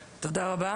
תודה רבה.